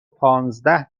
پانزده